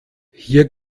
hier